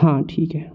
हाँ ठीक है